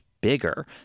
bigger